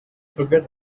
forget